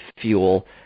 fuel